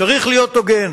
צריך להיות הוגן,